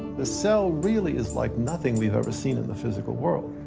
the cell really is like nothing we've ever seen in the physical world.